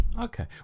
okay